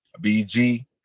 BG